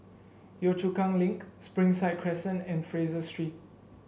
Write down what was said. Yio Chu Kang Link Springside Crescent and Fraser Street